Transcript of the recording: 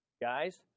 Guys